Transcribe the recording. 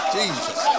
Jesus